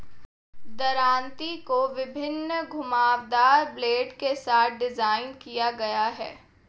दरांती को विभिन्न घुमावदार ब्लेड के साथ डिज़ाइन किया गया है